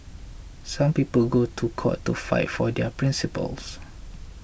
some people go to court to fight for their principles